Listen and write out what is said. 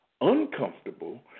uncomfortable